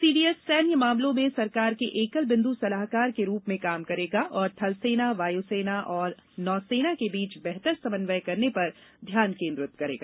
CDS सैन्य मामलों में सरकार के एकल बिंदु सलाहकर के रूप में काम करेगा और थलसेना वायुसेना तथा नौसेना के बीच बेहतर समन्वय करने पर ध्यान केन्द्रित करेगा